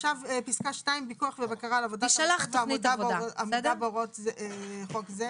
עכשיו פסקה 2: "פיקוח ובקרה על עבודת המוקד ועמידה בהוראות חוק זה,"